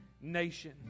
nation